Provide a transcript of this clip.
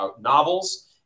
novels